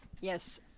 Yes